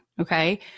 Okay